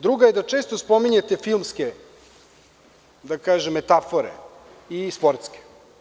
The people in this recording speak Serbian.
Druga je da često spominjete filmske, da kažem, metafore i sportske.